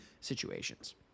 situations